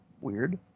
weird